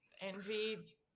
envy